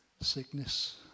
sickness